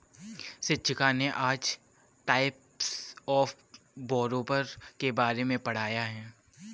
शिक्षिका ने आज टाइप्स ऑफ़ बोरोवर के बारे में पढ़ाया है